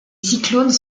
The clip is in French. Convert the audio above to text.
cyclones